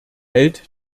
hält